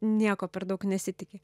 nieko per daug nesitiki